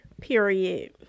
period